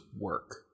work